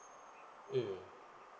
mm